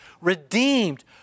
redeemed